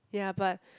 ya but